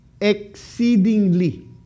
exceedingly